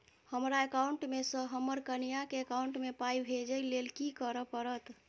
हमरा एकाउंट मे सऽ हम्मर कनिया केँ एकाउंट मै पाई भेजइ लेल की करऽ पड़त?